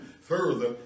further